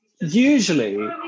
usually